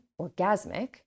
orgasmic